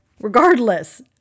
Regardless